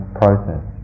process